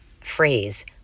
phrase